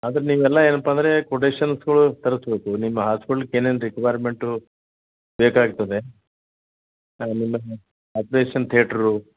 ಆದ್ರೆ ನೀವೆಲ್ಲ ಏನಪ್ಪಾ ಅಂದರೆ ಕೊಟೇಶನ್ಸ್ಗಳು ತರಿಸ್ಬೇಕು ನಿಮ್ಮ ಹಾಸ್ಪಿಟ್ಲಿಗೆ ಏನೇನು ರಿಕ್ವೈರ್ಮೆಂಟು ಬೇಕಾಗ್ತದೆ ಆಮೇಲೆ ಆಪ್ರೇಷನ್ ಥೇಟ್ರು